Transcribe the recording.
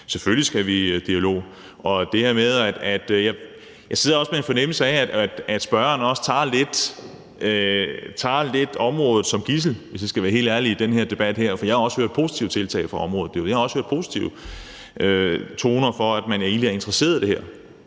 selvfølgelig i dialog. Jeg sidder også med en fornemmelse af, at spørgeren, hvis jeg skal være helt ærlig, lidt tager området som gidsel i den her debat, for jeg har også hørt positive tilkendegivelser fra området. Jeg har også hørt positive toner og hørt, at man egentlig er interesseret i det her.